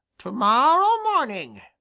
to-morrow morning,